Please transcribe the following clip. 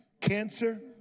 cancer